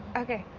ok.